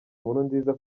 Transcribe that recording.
nkurunziza